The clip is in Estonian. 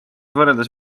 võrreldes